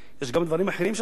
יש גם דברים אחרים שעשו,